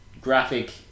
graphic